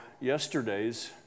yesterdays